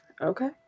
Okay